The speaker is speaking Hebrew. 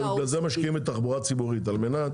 בגלל זה משקיעים בתחבורה ציבורית, על מנת